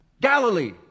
Galilee